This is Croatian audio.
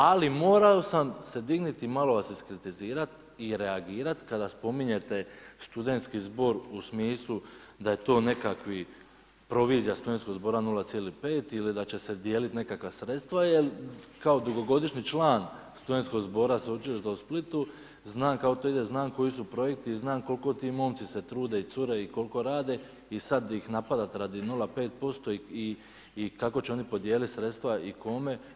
Ali, morao sam se dignuti, malo vas iskritizirati i reagirati, kada spominjete studentski zbor u smislu da je to nekakva provizija studentskog zbora 0,5 ili da će se dijeliti nekakva sredstva, jer kao dugogodišnji član studentskog zbora Sveučilišta u Splitu, znam kako to ide, znam koji su projekti i znam koliko se ti momci se trude i cure i koliko rade i sada ih napadate radi 0,5% i kako će oni podijeliti sredstva i kome.